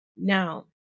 Now